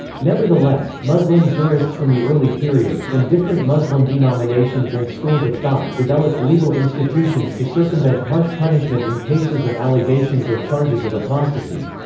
nevertheless, muslim jurists from the early period, from different muslim denominations and schools of thought, developed legal institutions to circumvent harsh punishment in cases of allegations or charges of apostasy.